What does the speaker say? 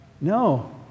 No